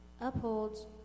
upholds